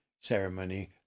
ceremony